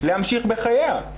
להמשיך בחייה.